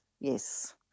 yes